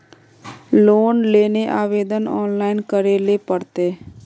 Loan लेले आवेदन online करे ले पड़ते?